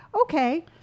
okay